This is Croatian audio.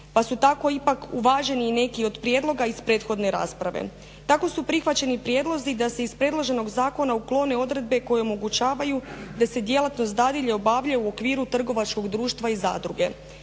pa su tako ipak uvaženi i neki od prijedloga iz prethodne rasprave. Tako su prihvaćeni prijedlozi da se iz predloženog zakona ukloni odredbe koje omogućavaju da se djelatnost dadilje obavlja u okviru trgovačkog društva i zadruge.